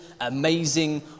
amazing